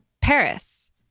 Paris